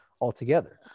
altogether